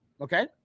okay